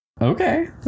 Okay